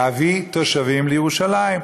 להביא תושבים לירושלים.